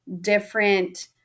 different